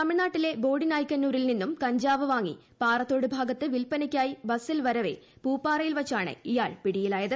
തൃമിഴ്നാ്ട്ടിലെ ബോഡി നായ്ക്കന്നൂരിൽ നിന്നും കഞ്ചാവ് വാങ്ങി പാറ്റത്തോട് ഭാഗത്ത് വിൽപനയ്ക്കായി ബസിൽ വരവേ പൂപ്പാർയ്ടിൽ വച്ചാണ് ഇയാൾ പിടിയിലായത്